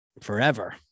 forever